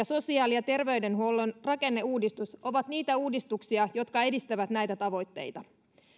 sosiaali ja terveydenhuollon rakenneuudistus ovat niitä uudistuksia jotka edistävät näitä tavoitteita